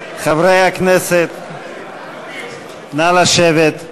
חברי הכנסת, נא לשבת.